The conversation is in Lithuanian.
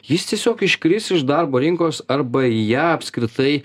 jis tiesiog iškris iš darbo rinkos arba į ją apskritai